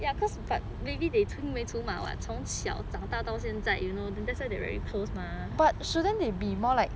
cause maybe they 青梅竹马 what 从小长大到现在 you know then that's why they are very close mah